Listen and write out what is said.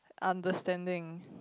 understanding